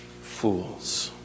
fools